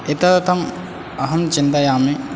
यतदर्थम् अहं चिन्तयामि